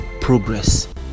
progress